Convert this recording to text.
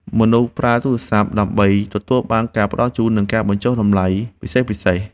មនុស្សប្រើកម្មវិធីទូរសព្ទ ដើម្បីទទួលបានការផ្ដល់ជូន និងការបញ្ចុះតម្លៃពិសេសៗ។